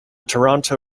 toronto